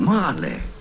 Marley